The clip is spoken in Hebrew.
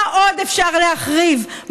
מה עוד אפשר להחריב,